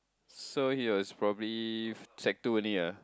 so he was probably sec two only ah